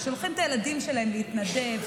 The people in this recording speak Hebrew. ששולחים את הילדים שלהם להתנדב,